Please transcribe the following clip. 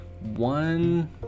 one